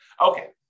Okay